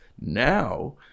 now